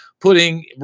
putting